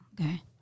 Okay